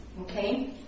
Okay